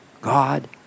God